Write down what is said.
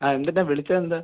ആ എന്തിനാ വിളിച്ചത് എന്താ